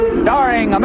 starring